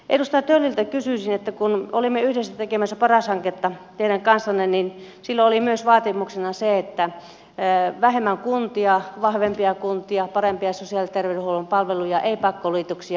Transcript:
edustaja tölliltä kysyisin että kun olimme yhdessä tekemässä paras hanketta teidän kanssanne niin silloin oli myös vaatimuksena vähemmän kuntia vahvempia kuntia parempia sosiaali ja terveydenhuollon palveluja ei pakkoliitoksia